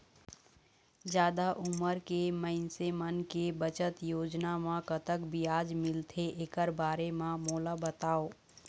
जादा उमर के मइनसे मन के बचत योजना म कतक ब्याज मिलथे एकर बारे म मोला बताव?